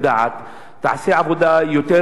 תעשה עבודה יותר רצינית,